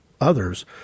others